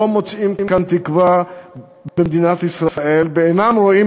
לא מוצאים כאן תקווה במדינת ישראל ואינם רואים